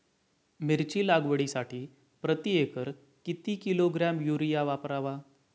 मिरची लागवडीसाठी प्रति एकर किती किलोग्रॅम युरिया वापरावा?